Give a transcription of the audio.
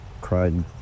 cried